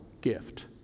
gift